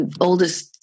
oldest